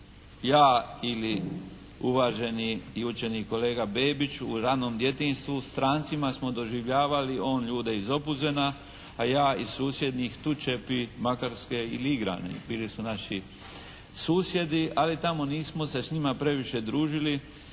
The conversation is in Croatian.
Ja ili uvaženi i učeni kolega Bebić u ranom djetinjstvu strancima smo doživljavali on ljude iz Opuzena, a ja iz susjednih Tučepi, Makarske ili Igrane, bili su naši susjedi. Ali tamo nismo se s njima previše družili,